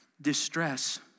distress